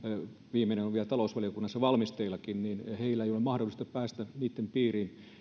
viimeinen on vielä talousvaliokunnassa valmisteillakin niin heillä ei ole mahdollisuutta päästä niitten piiriin